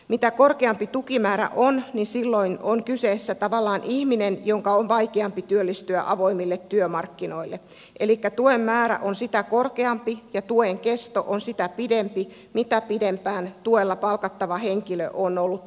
mitä korkeampi tukimäärä on niin tavallaan sitä vaikeampi on kyseessä olevan ihmisen työllistyä avoimille työmarkkinoille elikkä tuen määrä on sitä korkeampi ja tuen kesto on sitä pidempi mitä pidempään tuella palkattava henkilö on ollut työttömänä